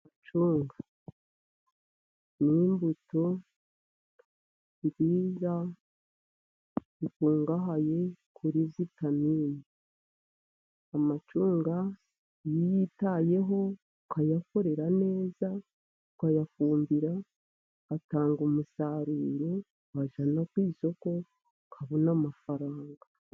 Amacunga. Ni imbuto nziza, zikungahaye kuri vitaminini. Amacunga iyo uyitayeho ukayakorera neza, ukayafumbira, atanga umusaruro wajyana ku isoko, ukabona amafaranga